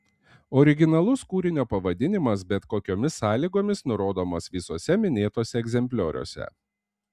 originalus kūrinio pavadinimas bet kokiomis sąlygomis nurodomas visuose minėtuose egzemplioriuose